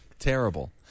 terrible